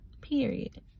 period